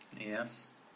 Yes